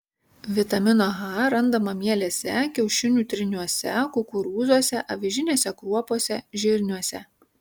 vitamino h randama mielėse kiaušinių tryniuose kukurūzuose avižinėse kruopose žirniuose